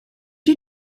you